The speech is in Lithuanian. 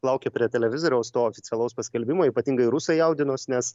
laukė prie televizoriaus to oficialaus paskelbimo ypatingai rusai jaudinos nes